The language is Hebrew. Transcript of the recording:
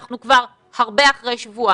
אנחנו כבר הרבה אחרי שבועיים.